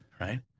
right